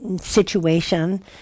situation